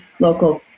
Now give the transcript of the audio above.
local